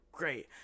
great